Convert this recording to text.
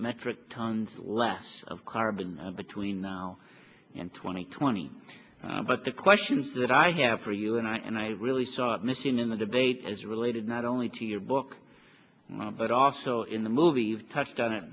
metric tons less of carbon between now and twenty twenty but the questions that i have for you and i and i really start missing in the debate as related not only to your book but also in the movie you've touched on it